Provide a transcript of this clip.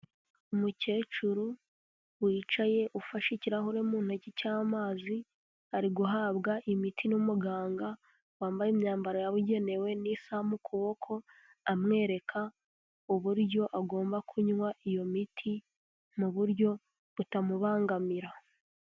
Umukecuru wicaye ufashe ikirahure mu ntoki cy'amazi, ari guhabwa imiti n'umuganga wambaye imyambaro yabugenewe n'isaha mu kuboko, amwereka uburyo agomba kunywa iyo miti mu buryo butamubangamira.